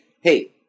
Hey